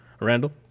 Randall